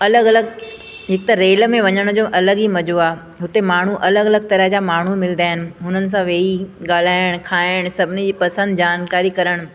अलॻि अलॻि हिकु त रेल में वञण जो अलॻि ई मज़ो आहे हुते माण्हूं अलॻि अलॻि तरहि जा माण्हूं मिलंदा आहिनि उन्हनि सां वेही ॻाल्हाइणु खाइणु सभिनी जी पसंदि जानकारी करणु